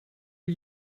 are